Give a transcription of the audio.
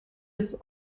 jetzt